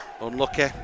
Unlucky